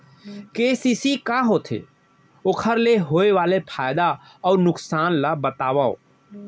KCC का होथे, ओखर ले होय वाले फायदा अऊ नुकसान ला बतावव?